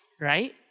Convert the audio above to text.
right